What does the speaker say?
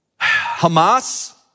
Hamas